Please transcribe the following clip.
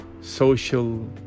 social